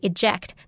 Eject